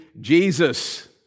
Jesus